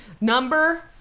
Number